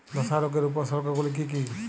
ধসা রোগের উপসর্গগুলি কি কি?